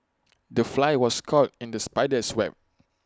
the fly was caught in the spider's web